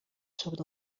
sobre